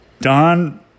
Don